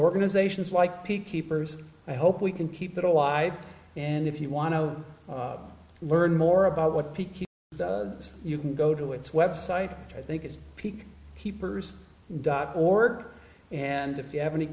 organizations like p keepers i hope we can keep it alive and if you want to learn more about what p q does you can go to its web site i think it's peak keepers dot org and if you have any